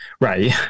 right